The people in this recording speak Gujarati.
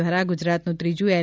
દ્વારા ગુજરાતનું ત્રીજું એલ